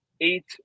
eight